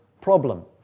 problem